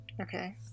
Okay